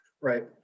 Right